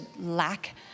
lack